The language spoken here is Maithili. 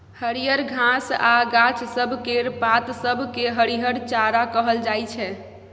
हरियर घास आ गाछ सब केर पात सब केँ हरिहर चारा कहल जाइ छै